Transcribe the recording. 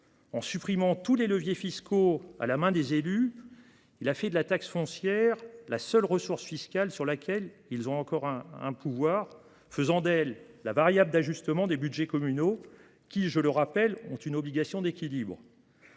En supprimant tous les leviers fiscaux à la main des élus, il a fait de la taxe foncière la seule ressource fiscale sur laquelle ils ont encore un pouvoir, faisant d’elle la variable d’ajustement des budgets communaux, qui, je le rappelle, ont une obligation d’équilibre.